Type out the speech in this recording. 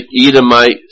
Edomite